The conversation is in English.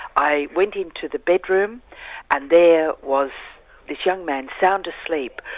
i went into the bedroom and there was this young man, sound asleep,